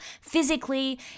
physically